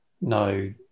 No